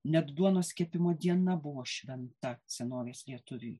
net duonos kepimo diena buvo šventa senovės lietuviui